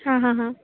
आं हां हां